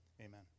Amen